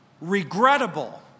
regrettable